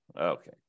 Okay